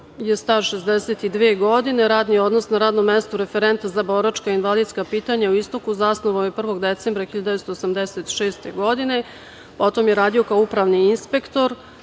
je star 62. godine. Radni odnos na radnom mestu referenta za boračka i invalidska pitanja u Istoku zasnovao je 1. decembra 1986. godine. Potom je radio kao upravni inspektor